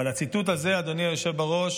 אבל הציטוט הזה, אדוני היושב-ראש,